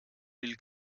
will